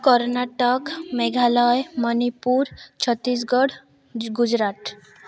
Karnataka Meghalaya Manipur Chhattisgarh Gujarat